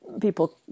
people